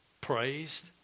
praised